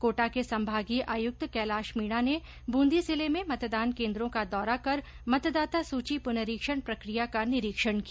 कोटा के संभागीय आयुक्त कैलाश मीणा ने बूंदी जिले में मतदान केन्द्रों का दौरा कर मतदाता सूची पुनरीक्षण प्रकिया का निरीक्षण किया